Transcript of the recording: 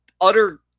utter